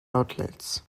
outlets